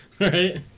Right